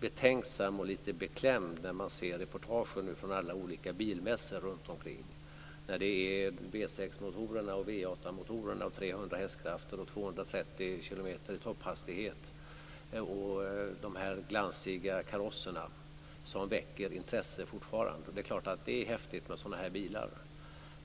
betänksam och lite beklämd när man ser reportagen från alla olika bilmässor runtomkring där det är bilar med V 6 motorer och V 8-motorer med 300 hk och 230 kilometer i timmen i topphastighet och med glansiga karosser som fortfarande väcker intresse. Och det är klart att det är häftigt med sådana bilar.